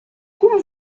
como